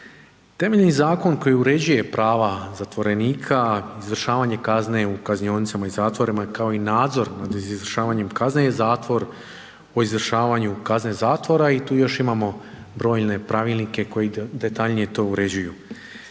Temeljni zakon koji uređuje prava zatvorenika, izvršavanje kazne u kaznionicama i zatvorima kao i nadzor nad izvršavanjem kazne je zatvor o izvršavanju kazne zatvora i tu još imamo brojne pravilnike koji detaljnije to uređuju.